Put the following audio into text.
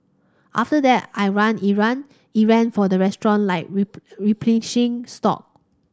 after that I run errand errand for the restaurant like replenish stock